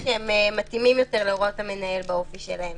כי יש תנאים שהם מתאימים יותר להוראות המנהל באופי שלהם